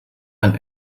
ein